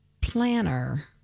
planner